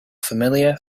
familiar